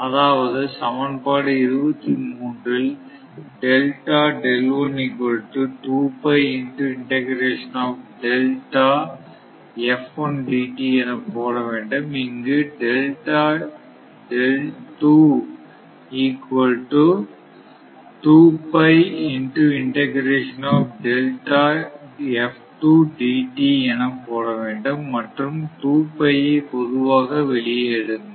அதாவது சமன்பாடு 23 ல் என போடவேண்டும் இங்கு என போடவேண்டும் மற்றும் ஐ பொதுவாக வெளியே எடுங்கள்